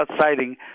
citing